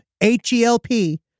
H-E-L-P